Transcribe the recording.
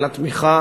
על התמיכה